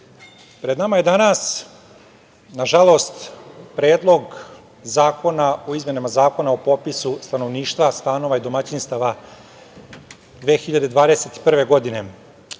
pred nama je danas, nažalost, Predlog zakona o izmenama Zakona o popisu stanovništva, stanova i domaćinstava 2021. godine.Zašto